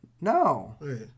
No